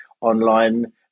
online